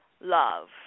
love